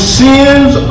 sins